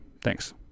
Thanks